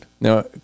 Now